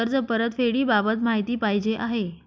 कर्ज परतफेडीबाबत माहिती पाहिजे आहे